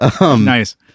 Nice